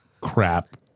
crap